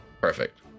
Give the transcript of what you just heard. perfect